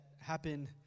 happen